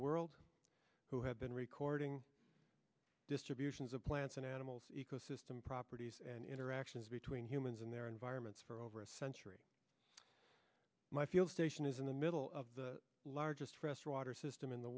world who have been recording distributions of plants and animals ecosystem properties and interactions between humans and their environments for over a century my field station is in the middle of the largest freshwater system in the